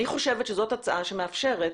אני חושבת שזאת הצעה שמאפשרת,